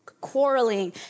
quarreling